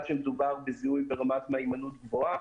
שמדובר בזיהוי ברמת מהימנות גבוהה",